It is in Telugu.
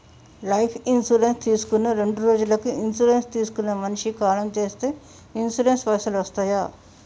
లైఫ్ ఇన్సూరెన్స్ తీసుకున్న రెండ్రోజులకి ఇన్సూరెన్స్ తీసుకున్న మనిషి కాలం చేస్తే ఇన్సూరెన్స్ పైసల్ వస్తయా?